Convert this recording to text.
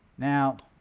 now